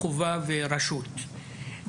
חובה ורשות.